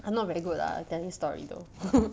I'm not very good lah telling story though